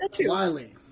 Wiley